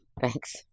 Thanks